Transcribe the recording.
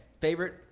favorite